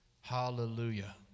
Hallelujah